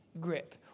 grip